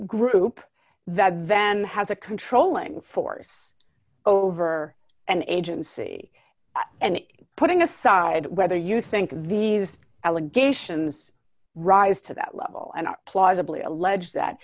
group that then has a controlling force over and agency and putting aside whether you think these allegations rise to that level and plausibly allege that